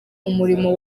umurimo